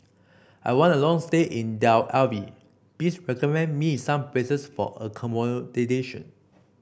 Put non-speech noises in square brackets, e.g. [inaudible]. I want a long stay in Tel Aviv please recommend me some places for [unintelligible]